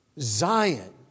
Zion